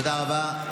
תודה רבה.